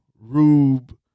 Rube